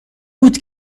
بود